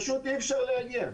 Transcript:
פשוט אי אפשר להגיע.